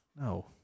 No